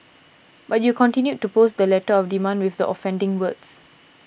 but you continued to post the letter of demand with the offending words